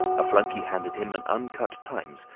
a flunkey handed him an uncut times,